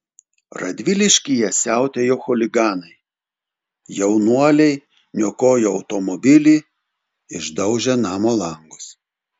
radviliškyje siautėjo chuliganai jaunuoliai niokojo automobilį išdaužė namo langus